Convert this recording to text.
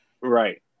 right